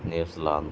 New Zealand